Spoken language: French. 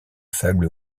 faible